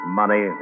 money